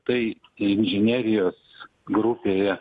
tai inžinerijos grupėje